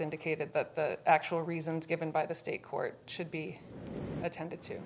indicated that the actual reasons given by the state court should be attended to